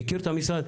הוא מכיר את המשרד,